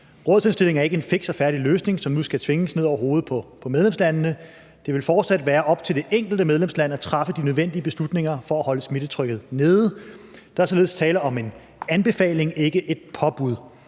Rådsindstillingen er ikke en fiks og færdig løsning, som nu skal tvinges ned over hovedet på medlemslandene. Det vil fortsat være op til det enkelte medlemsland at træffe de nødvendige beslutninger for at holde smittetrykket nede. Der er således tale om en anbefaling, ikke et påbud.